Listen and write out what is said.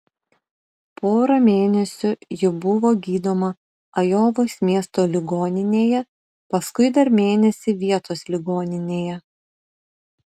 porą mėnesių ji buvo gydoma ajovos miesto ligoninėje paskui dar mėnesį vietos ligoninėje